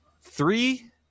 three